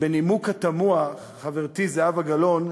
בנימוק התמוה, חברתי זהבה גלאון,